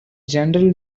general